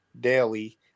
daily